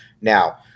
Now